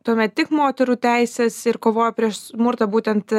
tuomet tik moterų teises ir kovoja prieš smurtą būtent